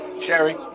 Sherry